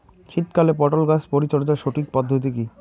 শীতকালে পটল গাছ পরিচর্যার সঠিক পদ্ধতি কী?